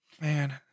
man